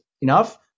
enough